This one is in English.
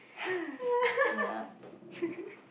ya